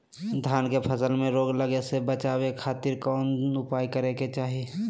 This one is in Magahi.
धान के फसल में रोग लगे से बचावे खातिर कौन उपाय करे के चाही?